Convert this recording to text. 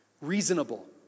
reasonable